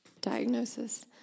diagnosis